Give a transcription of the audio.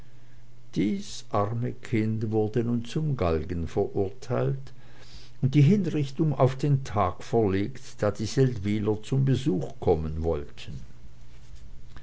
dies arme kind wurde nun zum galgen verurteilt und die hinrichtung auf den tag verlegt da die seldwyler zum besuch kommen wollten